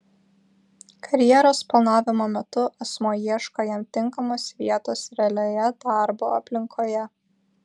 karjeros planavimo metu asmuo ieško jam tinkamos vietos realioje darbo aplinkoje